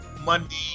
Monday